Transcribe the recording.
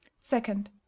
second